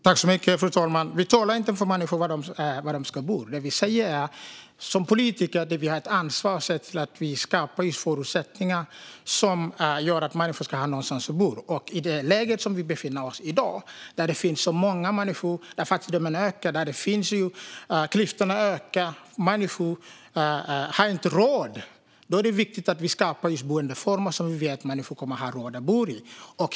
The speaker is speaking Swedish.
Fru talman! Vi talar inte om för människor var de ska bo. Det vi säger är att vi som politiker har ett ansvar att skapa förutsättningar som gör att människor har någonstans att bo. I det läge där vi befinner oss i dag - där fattigdomen ökar, klyftorna ökar och människor inte har råd - är det viktigt att vi just skapar boendeformer som vi vet att människor kommer att ha råd att bo i.